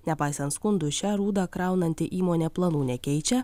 nepaisant skundų šią rūdą kraunanti įmonė planų nekeičia